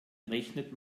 rechnet